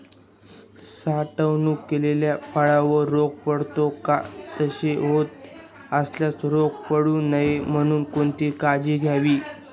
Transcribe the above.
साठवण केलेल्या फळावर रोग पडतो का? तसे होत असल्यास रोग पडू नये म्हणून कोणती काळजी घ्यावी?